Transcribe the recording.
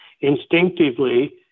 Instinctively